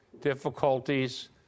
difficulties